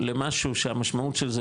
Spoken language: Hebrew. למשהו שהמשמעות של זה,